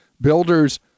Builders